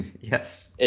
Yes